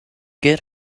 get